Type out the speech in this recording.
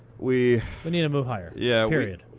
we need to move higher, yeah period.